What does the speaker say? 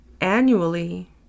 annually